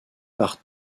par